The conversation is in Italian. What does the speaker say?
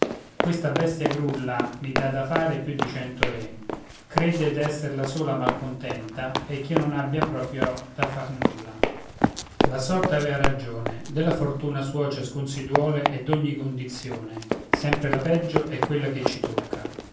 questa bestia grulla mi dà da fare più di cento re crede d'esser la sola malcontenta e ch'io non abbia proprio da far nulla la sorte avea ragione della fortuna sua ciascun si duole e d'ogni condizione sempre la peggio è quella che ci tocca